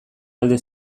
alde